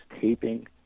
taping